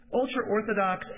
ultra-Orthodox